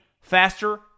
faster